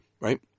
right